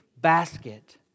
basket